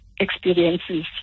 experiences